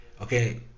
okay